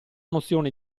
nozione